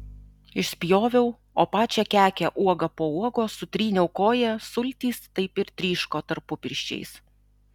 išspjoviau o pačią kekę uoga po uogos sutryniau koja sultys taip ir tryško tarpupirščiais